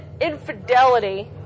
infidelity